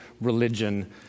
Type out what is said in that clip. religion